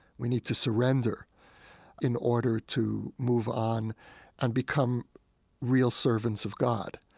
we need to surrender in order to move on and become real servants of god.